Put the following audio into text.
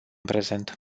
prezent